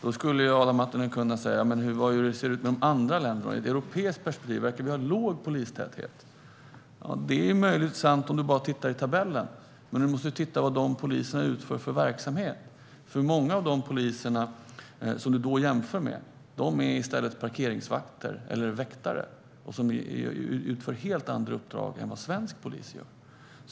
Då kan Adam Marttinen tala om hur det ser ut i de andra länderna, om det i europeiskt perspektiv verkar vara låg polistäthet. Det är möjligen sant om du bara tittar i tabellen. Men du måste titta på vad poliserna utför för verksamhet. Många av de poliserna är i stället parkeringsvakter eller väktare. De utför helt andra uppdrag än vad svensk polis gör.